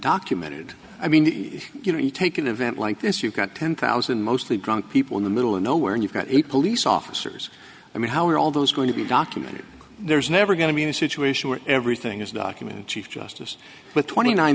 documented i mean you know you take an event like this you've got ten thousand mostly drunk people in the middle of nowhere and you've got a police officers i mean how are all those going to be documented there's never going to be a situation where everything is documented chief justice with twenty nine